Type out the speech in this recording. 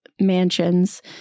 mansions